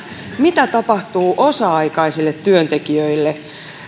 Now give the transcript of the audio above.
mitä tapahtuu osa aikaisille työntekijöille